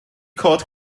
cod